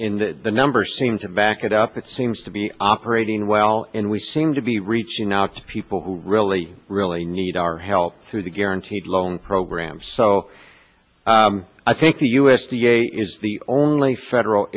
in the numbers seem to back it up it seems to be operating well and we seem to be reaching out to people who really really need our help through the guaranteed loan programs so i think the u s d a is the only federal